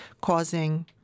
causing